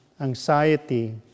Anxiety